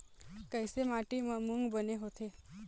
कइसे माटी म मूंग बने होथे?